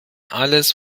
alles